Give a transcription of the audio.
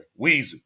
Weezy